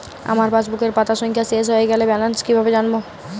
আমার পাসবুকের পাতা সংখ্যা শেষ হয়ে গেলে ব্যালেন্স কীভাবে জানব?